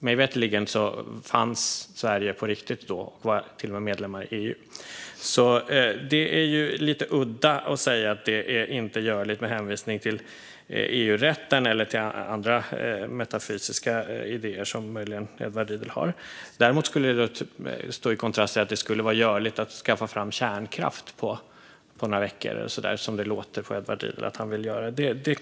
Mig veterligen fanns Sverige på riktigt då och var till och med medlem i EU, så det är lite udda att säga att detta inte är görligt med hänvisning till EU-rätten eller andra metafysiska idéer som Edward Riedl möjligen har. Detta skulle stå i kontrast till att det skulle vara görligt att skaffa fram kärnkraft på några veckor; det låter på Edward Riedl som att han vill göra det.